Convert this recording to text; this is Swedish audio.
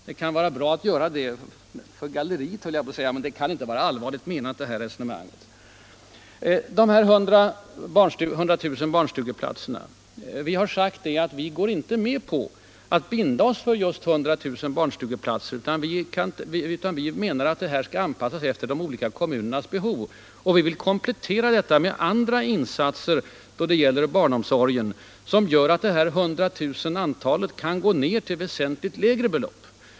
Det kanske kan vara bra att göra det för galleriet, höll jag på att säga, men det resonemanget kan inte vara allvarligt menat. Vi har tidigare sagt att vi inte går med på att binda oss för just 100 000 barnstugeplatser. Vi menar att antalet skall anpassas efter de olika kommunernas behov, och vi vill komplettera detta med andra insatser då det gäller barnomsorgen som gör att antalet 100000 kan gå ner.